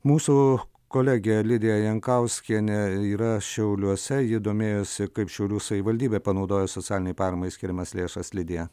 mūsų kolegė lidija jankauskienė yra šiauliuose ji domėjosi kaip šiaulių savivaldybė panaudojo socialinei paramai skiriamas lėšas lidija